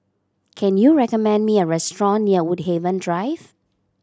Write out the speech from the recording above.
can you recommend me a restaurant near Woodhaven Drive